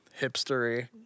hipstery